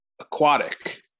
aquatic